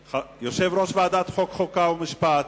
יושב-ראש ועדת חוקה, חוק ומשפט,